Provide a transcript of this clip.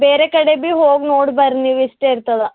ಬೇರೆ ಕಡೆ ಬಿ ಹೋಗಿ ನೋಡಿ ಬರ್ರಿ ನೀವು ಇಷ್ಟೆ ಇರ್ತದ